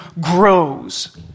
grows